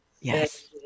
Yes